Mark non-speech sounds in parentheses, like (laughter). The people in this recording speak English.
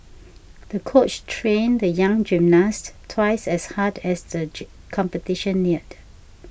the coach trained the young gymnast twice as hard as the (unintelligible) competition neared